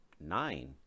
nine